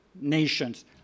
nations